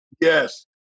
Yes